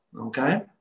okay